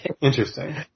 interesting